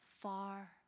far